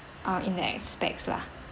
uh in the aspects lah